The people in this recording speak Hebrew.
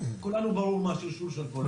לכולנו ברור מה השרשור של כל זה.